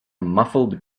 muffled